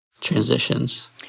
transitions